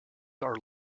are